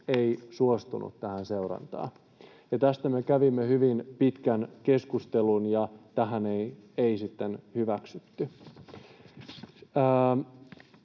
ei suostunut tähän seurantaan. Tästä me kävimme hyvin pitkän keskustelun, ja tätä ei sitten hyväksytty.